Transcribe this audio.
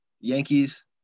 Yankees